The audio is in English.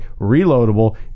Reloadable